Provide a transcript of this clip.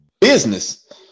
business